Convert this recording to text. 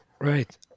Right